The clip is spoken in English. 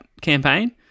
campaign